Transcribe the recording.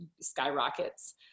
skyrockets